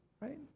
Right